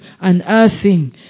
unearthing